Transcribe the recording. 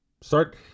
Start